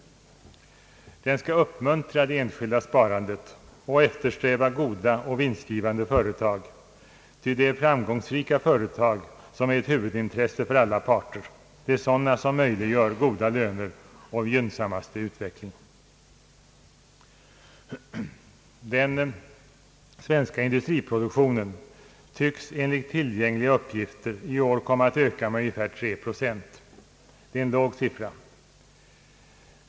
Den skall uppmuntra det enskilda sparandet och eftersträva goda och vinstgivande företag, ty framgångsrika företag är ett huvudintresse för alla parter. Det är sådana som möjliggör goda löner och gynnsammaste utveckling. Den svenska industriproduktionen tycks enligt tillgängliga uppgifter i år komma att öka med ungefär 3 procent. Det är en låg siffra.